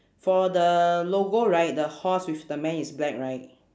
for the logo right the horse with the man is black right